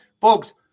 folks